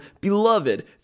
beloved